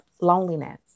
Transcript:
Loneliness